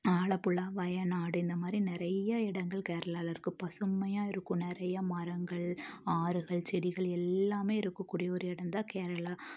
ஆலப்புழா வயநாடு இந்தமாதிரி நிறைய இடங்கள் கேரளாவிலருக்கு பசுமையாக இருக்கும் நிறையா மரங்கள் ஆறுகள் செடிகள் எல்லாமே இருக்கக்கூடிய ஒரு இடந்தான் கேரளா